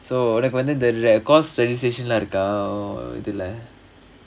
so உனக்கு வந்து:unakku vandhu the course registration lah இருக்கா இதுல:irukkaa idhula